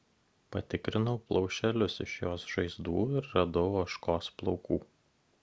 patikrinau plaušelius iš jos žaizdų ir radau ožkos plaukų